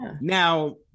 Now